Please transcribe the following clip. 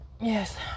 Yes